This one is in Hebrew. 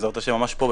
בעזרת השם ממש פה,